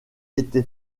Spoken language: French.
été